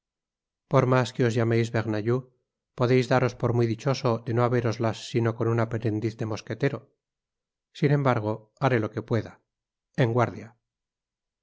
por mas que os llameis bernajoux podeis daros por muy dichoso de no habéroslas sino con un aprendiz de mosquetero sin embargo haré loque pueda en guardia